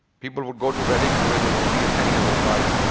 people would go to weddings where they would see a ten years old bride.